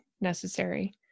necessary